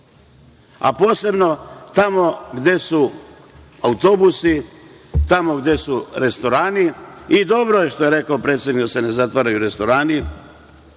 Posebno tamo gde su autobusi, tamo gde su restorani. Dobro je što je rekao predsednik da se ne zatvaraju restorani,